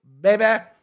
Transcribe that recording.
baby